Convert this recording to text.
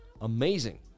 Amazing